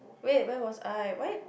wait where was I why